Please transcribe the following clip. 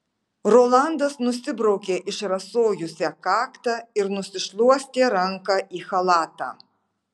rolandas nusibraukė išrasojusią kaktą ir nusišluostė ranką į chalatą